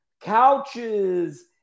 couches